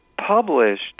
published